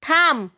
থাম